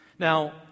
Now